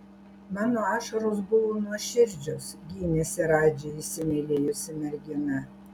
mano ašaros buvo nuoširdžios gynėsi radži įsimylėjusi mergina